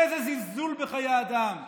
איזה זלזול בחיי אדם?